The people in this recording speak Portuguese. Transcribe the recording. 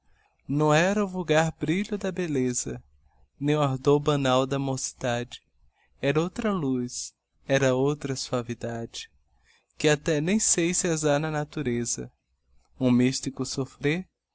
não era o vulgar brilho da belleza nem o ardor banal da mocidade era outra luz era outra suavidade que até nem sei se as ha na natureza um mystico soffrer